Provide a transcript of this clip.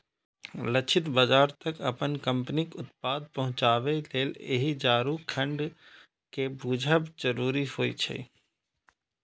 लक्षित बाजार तक अपन कंपनीक उत्पाद पहुंचाबे लेल एहि चारू खंड कें बूझब जरूरी होइ छै